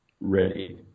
ready